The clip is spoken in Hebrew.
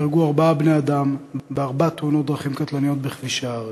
נהרגו ארבעה בני-אדם בארבע תאונות דרכים קטלניות בכבישי הארץ: